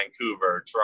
Vancouver